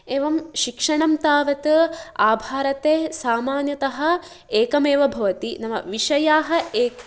एवं शिक्षणं तावत् आभारते सामान्यतः एकमेव भवति नाम विषयाः एक